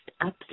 up